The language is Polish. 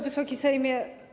Wysoki Sejmie!